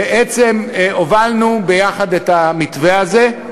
שהובלנו ביחד את המתווה הזה.